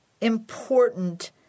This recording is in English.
important